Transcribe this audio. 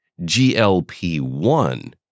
GLP-1